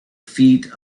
feet